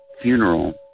funeral